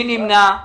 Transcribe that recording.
מי נמנע?